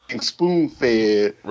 spoon-fed